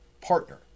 partner